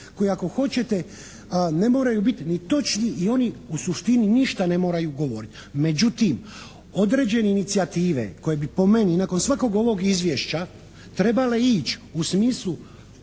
koji ako hoćete ne moraju bit ni točni i oni u suštini ništa ne moraju govoriti. Međutim, određene inicijative koje bi po meni nakon svakog ovog Izvješća trebale ići u smislu